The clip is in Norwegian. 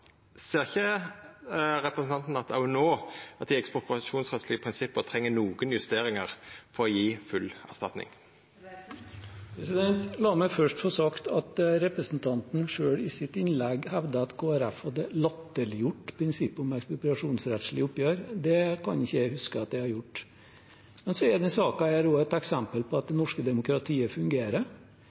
Ser ikkje representanten òg no at dei ekspropriasjonsrettslege prinsippa treng nokre justeringar for å gje full erstatning? La meg først få sagt at representanten selv i sitt innlegg hevdet at Kristelig Folkeparti hadde latterliggjort prinsippet om ekspropriasjonsrettslige oppgjør. Det kan ikke jeg huske at jeg har gjort. Men denne saken er også et eksempel på at det norske demokratiet fungerer.